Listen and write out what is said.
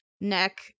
neck